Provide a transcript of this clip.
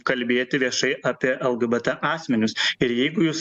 kalbėti viešai apie lgbt asmenis ir jeigu jūs